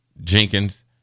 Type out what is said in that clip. Jenkins